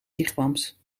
wigwams